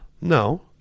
No